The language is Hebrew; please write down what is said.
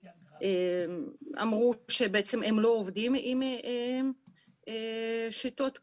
הם אמרו שהם בעצם לא עובדים עם שיטות כאלה.